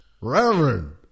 Reverend